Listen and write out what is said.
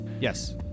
Yes